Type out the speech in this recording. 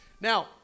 Now